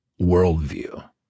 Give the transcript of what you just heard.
worldview